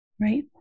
Right